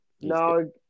No